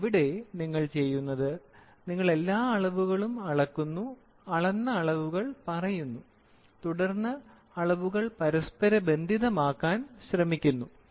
എന്നാൽ ഇവിടെ നിങ്ങൾ ചെയ്യുന്നത് നിങ്ങൾ എല്ലാ അളവുകളും അളക്കുന്നു അളന്ന അളവുകൾ പറയുന്നു തുടർന്ന് അളവുകൾ പരസ്പരബന്ധിതമാക്കാൻ ശ്രമിക്കുന്നു